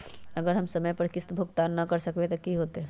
अगर हम समय पर किस्त भुकतान न कर सकवै त की होतै?